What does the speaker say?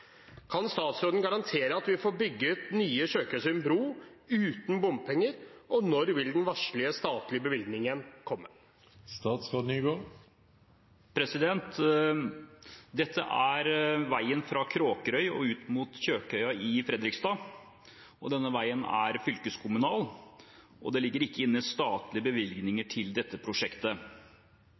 Kan statsråden garantere at vi får bygget nye Kjøkøysund bro uten bompenger, og når vil den varslede statlige bevilgningen komme?» Dette er veien fra Kråkerøy og ut mot Kjøkøy i Fredrikstad. Denne veien er fylkeskommunal, og det ligger ikke inne statlige bevilgninger til dette prosjektet.